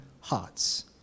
hearts